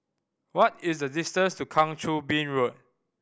what is the distance to Kang Choo Bin Road